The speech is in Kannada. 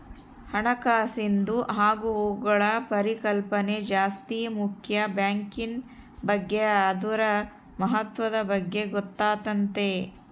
ಹಣಕಾಸಿಂದು ಆಗುಹೋಗ್ಗುಳ ಪರಿಕಲ್ಪನೆ ಜಾಸ್ತಿ ಮುಕ್ಯ ಬ್ಯಾಂಕಿನ್ ಬಗ್ಗೆ ಅದುರ ಮಹತ್ವದ ಬಗ್ಗೆ ಗೊತ್ತಾತತೆ